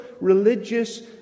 religious